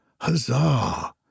Huzzah